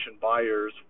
buyers